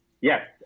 Yes